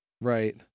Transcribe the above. Right